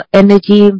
energy